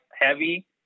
Heavy